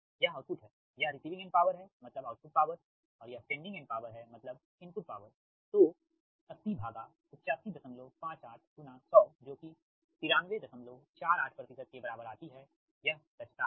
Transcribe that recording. यह आउटपुट है यह रिसीविंग एंड पॉवर है मतलब आउटपुट पॉवर और यह सेंडिंग एंड पॉवर है मतलब इनपुट पॉवर तो 808558100जो कि 9348 के बराबर आती है यह दक्षता है